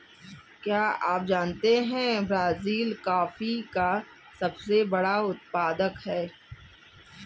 क्या आप जानते है ब्राज़ील कॉफ़ी का सबसे बड़ा उत्पादक है